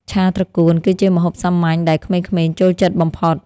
ឆាត្រកួន គឺជាម្ហូបសាមញ្ញដែលក្មេងៗចូលចិត្តបំផុត។